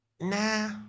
Nah